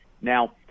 now